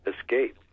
escape